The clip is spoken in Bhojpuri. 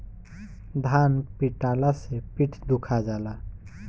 धान पिटाला से पीठ दुखा जाला